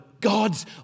gods